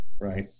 right